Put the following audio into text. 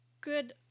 good